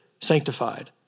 sanctified